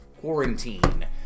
quarantine